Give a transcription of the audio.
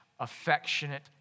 affectionate